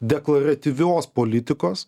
deklaratyvios politikos